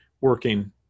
working